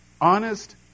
Honest